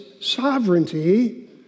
sovereignty